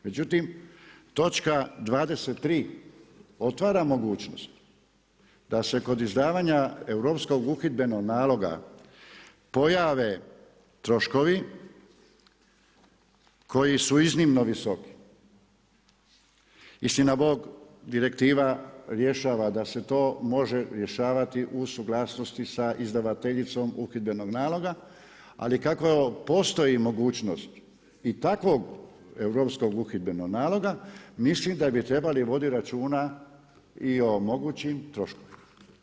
Međutim, točka 23. otvara mogućnost da se kod izdavanja Europskog uhidbenog naloga pojave troškovi koji su iznimno visoki, istinabog , direktiva rješava da se to može rješavati u suglasnosti sa izdavateljicom uhidbenog naloga, ali kako postoji mogućnost i takvog Europskog uhidbenog naloga, mislim da bi trebali voditi računa i o mogućim troškovima.